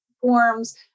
forms